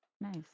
Nice